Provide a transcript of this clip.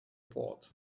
port